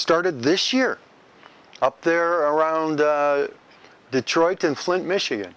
started this year up there around detroit in flint michigan